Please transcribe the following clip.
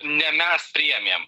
ne mes priėmėm